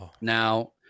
Now